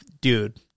dude